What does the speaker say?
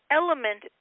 element